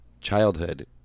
Childhood